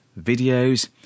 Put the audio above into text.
videos